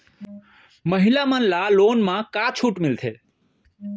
महिला मन ला लोन मा का छूट मिलथे?